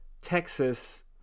Texas